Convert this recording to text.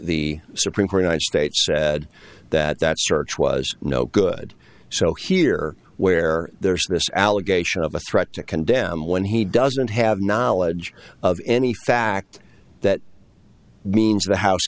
the supreme court united states said that that search was no good so here where there's this allegation of a threat to condemn when he doesn't have knowledge of any fact that means a house